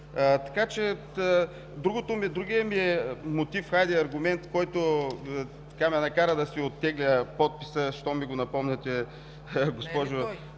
него. Другият ми мотив, хайде аргумент, който ме накара да си оттегля подписа, щом ми го напомняте, госпожо